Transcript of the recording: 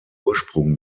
ursprung